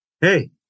hey